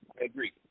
agree